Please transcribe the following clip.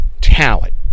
talent